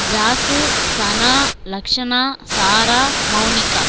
Jazz Sana Lakshana Sara Mounika